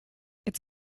its